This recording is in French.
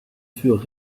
furent